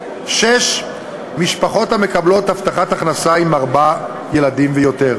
6. משפחות עם ארבעה ילדים ויותר